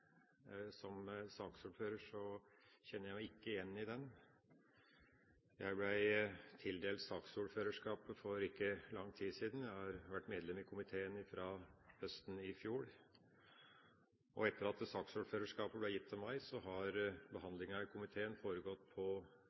Som saksordfører kjenner jeg meg ikke igjen i det. Jeg ble tildelt saksordførerskapet for ikke lenge siden – jeg har vært medlem i komiteen fra i fjor høst. Etter at saksordførerskapet ble gitt til meg, har behandlingen i komiteen foregått på